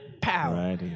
Pow